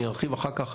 אני ארחיב אחר כך,